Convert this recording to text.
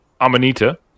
Amanita